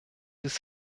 ist